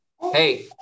hey